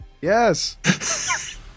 Yes